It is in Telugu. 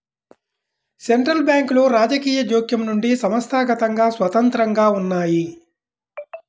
సెంట్రల్ బ్యాంకులు రాజకీయ జోక్యం నుండి సంస్థాగతంగా స్వతంత్రంగా ఉన్నయ్యి